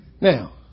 Now